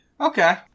Okay